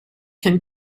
can